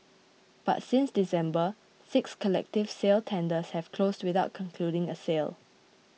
but since December six collective sale tenders have closed without concluding a sale